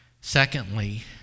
secondly